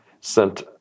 sent